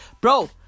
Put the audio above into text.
Bro